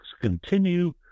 continue